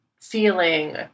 feeling